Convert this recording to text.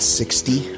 sixty